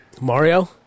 Mario